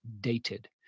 dated